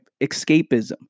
escapism